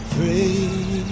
Free